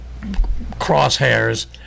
crosshairs